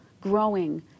growing